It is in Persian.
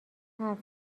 حرف